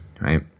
right